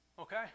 okay